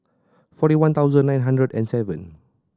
forty one thousand nine hundred and seven